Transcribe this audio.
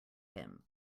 him